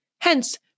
Hence